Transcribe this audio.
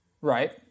right